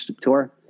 tour